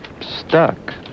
stuck